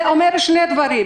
זה אומר שני דברים: